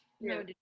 No